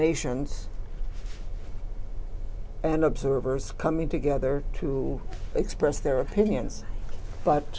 nations and observers coming together to express their opinions but